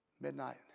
Midnight